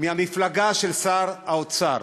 מהמפלגה של שר האוצר,